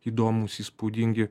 įdomūs įspūdingi